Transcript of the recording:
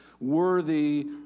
worthy